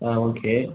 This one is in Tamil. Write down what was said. ஆ ஓகே